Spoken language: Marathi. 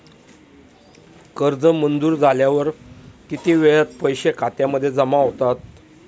कर्ज मंजूर झाल्यावर किती वेळात पैसे खात्यामध्ये जमा होतात?